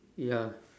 ya